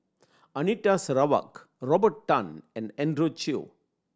Anita Sarawak Robert Tan and Andrew Chew